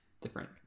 different